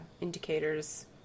indicators